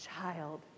Child